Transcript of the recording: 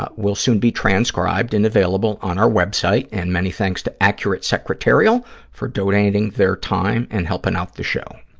ah will soon be transcribed and available on our web site, and many thanks to accurate secretarial for donating their time and helping out the show.